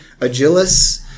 Agilis